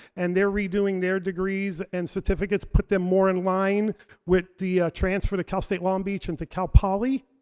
and they're redoing their degrees and certificates to put them more in line with the transfer to cal state long beach and to cal poly.